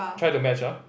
try to match ah